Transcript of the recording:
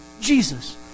Jesus